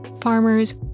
farmers